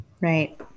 Right